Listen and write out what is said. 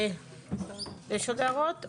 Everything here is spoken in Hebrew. יש עוד הערות?